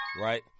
Right